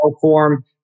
form